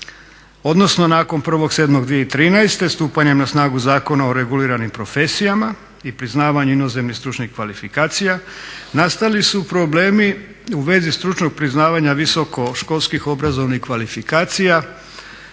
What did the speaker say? odnosno nakon 1.7.2013. stupanjem na snagu Zakona o reguliranim profesijama i priznavanju inozemnih stručnih kvalifikacija nastali su problemi u vezi stručnog priznavanja visokoškolskih obrazovanih kvalifikacija